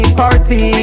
party